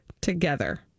together